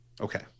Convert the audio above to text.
Okay